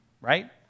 right